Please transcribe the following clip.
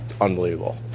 unbelievable